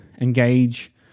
engage